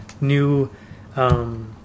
new